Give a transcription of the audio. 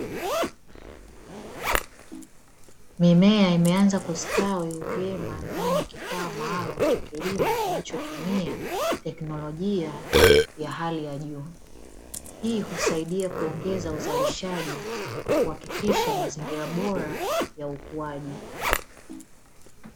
Mimea umeanza kustawi vyema ndani ya kifaa kifaa maalumu cha kilimo kinachotumia teknolojia ya hali ya juu. Hii husaidia kuongeza uzalishaji kwa kuhakikisha mazingira bora ya ukuaji.